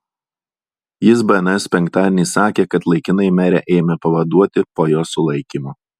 jis bns penktadienį sakė kad laikinai merę ėmė pavaduoti po jos sulaikymo